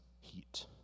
heat